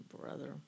brother